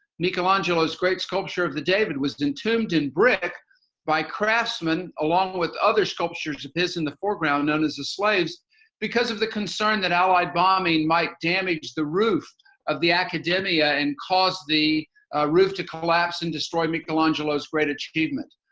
michelangelo's great sculpture of the david was entombed in brick by craftsmen along with other sculptures of his in the foreground known as the slaves because of the concern that allied bombing might damage the roof of the academia and cause the roof to collapse and destroy michelangelo's great achievement.